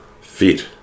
fit